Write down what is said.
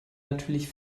natürlich